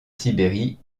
sibérie